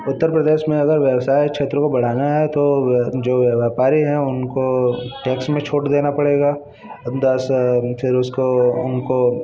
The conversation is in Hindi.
उत्तर प्रदेश में अगर व्यवसाय क्षेत्रों को बढ़ाना है तो जो व्यापारी हैं उनको टैक्स में छूट देना पड़ेगा दस फिर उसको उनको